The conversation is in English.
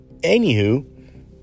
Anywho